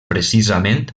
precisament